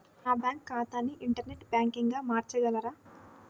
నా బ్యాంక్ ఖాతాని ఇంటర్నెట్ బ్యాంకింగ్గా మార్చగలరా?